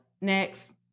next